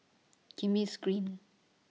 Kismis Green